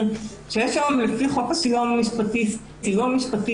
שהיום לפי חוק הסיוע המשפטי ניתן סיוע,